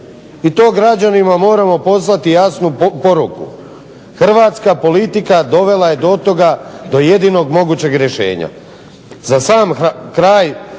I to građanima moramo poslati jasnu poruku. Hrvatska politika dovela je do toga do jedinog mogućeg rješenja.